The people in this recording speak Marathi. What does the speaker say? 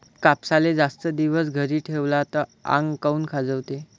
कापसाले जास्त दिवस घरी ठेवला त आंग काऊन खाजवते?